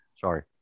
Sorry